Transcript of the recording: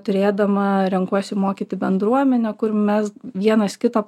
turėdama renkuosi mokyti bendruomenę kur mes vienas kitą